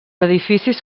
edificis